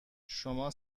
شما